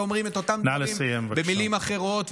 ואומרים את אותם דברים במילים אחרות,